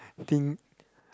I think